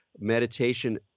meditation